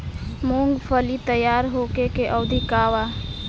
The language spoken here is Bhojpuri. मूँगफली तैयार होखे के अवधि का वा?